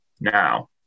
Now